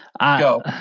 Go